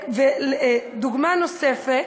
ודוגמה נוספת: